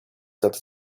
that